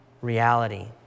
reality